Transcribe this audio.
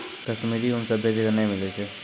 कश्मीरी ऊन सभ्भे जगह नै मिलै छै